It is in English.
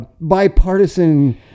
bipartisan